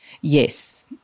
Yes